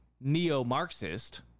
neo-Marxist